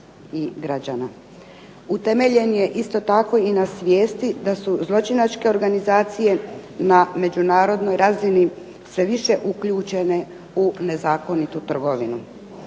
Utemeljen je isto tako i na svijesti da su zločinačke organizacije na međunarodnoj razini sve više uključene u nezakonitu trgovinu.